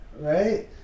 right